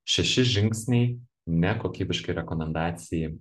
šeši žingsniai nekokybiškai rekomendacijai